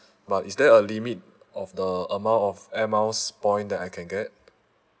but is there a limit of the amount of air miles point that I can get